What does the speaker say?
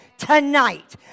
Tonight